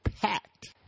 packed